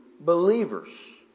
believers